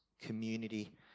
community